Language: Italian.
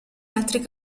altri